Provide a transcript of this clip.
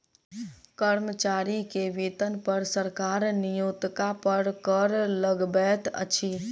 कर्मचारी के वेतन पर सरकार नियोक्ता पर कर लगबैत अछि